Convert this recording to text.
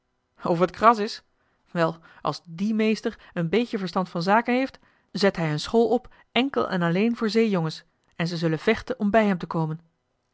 of het kras is wel als die meester een beetje verstand van zaken heeft zet hij een school op enkel joh h been paddeltje de scheepsjongen van michiel de ruijter en alleen voor zeejongens en ze zullen vechten om bij hem te komen